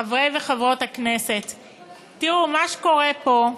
חברי וחברות הכנסת, תראו, מה שקורה פה הוא